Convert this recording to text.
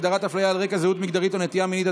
הגדרת הפליה על רקע זהות מגדרית או נטייה מינית),